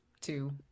two